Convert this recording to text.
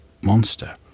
monster